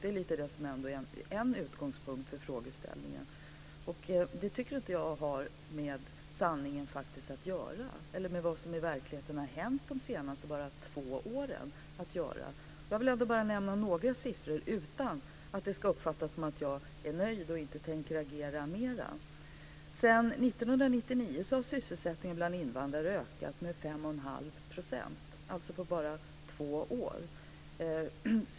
Det är lite det som ändå är en utgångspunkt för frågeställningen. Det tycker inte jag har med sanningen att göra eller med vad som har hänt i verkligheten bara de senaste två åren att göra. Jag vill bara nämna några siffror, utan att det ska uppfattas som att jag är nöjd och inte tänker agera mer. Sedan 1999 har sysselsättningen bland invandrare ökat med 5 1⁄2 %, alltså på bara två år.